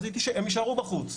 אז הם יישארו בחוץ.